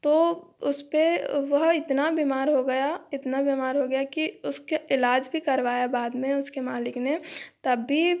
तो उसपे वह इतना बीमार हो गया इतना बीमार हो गया कि उसका इलाज भी करवाया बाद में उसके मालिक ने तब भी